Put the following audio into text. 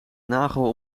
nagel